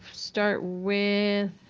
start with